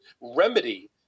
remedy